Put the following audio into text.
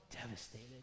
devastated